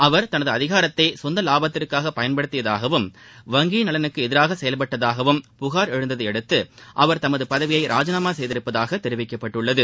அவர் தனது அதிகாரத்தை சொந்த லாபத்திற்காக பயன்படுத்தியாதாகவும் வங்கியின் நலனுக்கு எதிராக செயல்பட்டதாகவும் புகார் எழுந்ததையடுத்து அவர் தமது பதவியை ராஜினாமா செய்துள்ளதாக தெரிவிக்கப்பட்டுள்ளது